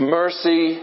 mercy